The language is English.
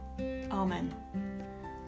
Amen